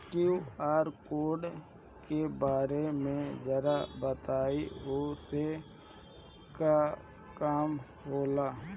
QR code के बारे में जरा बताई वो से का काम होला?